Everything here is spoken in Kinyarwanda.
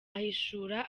ahishura